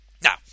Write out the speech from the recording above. now